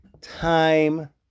time